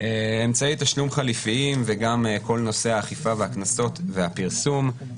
אמצעי תשלום חליפיים וגם כל נושא האכיפה והקנסות והפרסום,